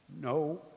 No